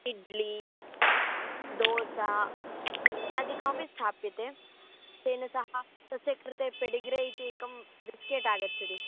इड्लि दोसा इत्यादिकमपि स्थाप्यते तेन सह तस्य कृते पेडिग्रे इत्येकं बिस्केट् आगच्छति